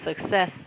success